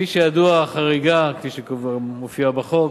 כפי שידוע, החריגה, כפי שמופיעה בחוק,